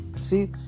see